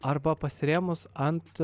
arba pasirėmus ant